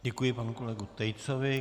Děkuji panu kolegu Tejcovi.